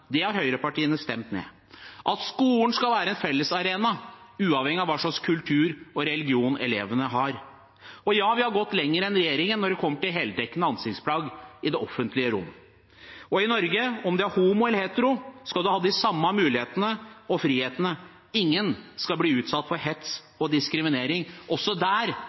har høyrepartiene stemt ned, og at skolen skal være en fellesarena uavhengig av hva slags kultur og religion elevene har. Ja, vi har gått lenger enn regjeringen når det kommer til heldekkende ansiktsplagg i det offentlige rom. I Norge, om man er homo eller hetero, skal man ha de samme mulighetene og frihetene. Ingen skal bli utsatt for hets og diskriminering. Også der